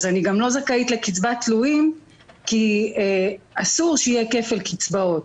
אז אני גם לא זכאית לקצבת תלויים כי אסור שיהיה כפל קצבאות.